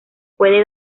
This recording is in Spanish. puede